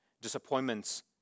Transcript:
disappointments